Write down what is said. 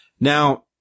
Now